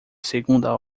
segunda